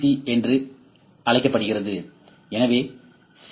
C என்று அழைக்கப்படுகிறது எனவே சி